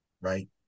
right